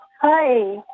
Hi